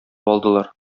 алдылар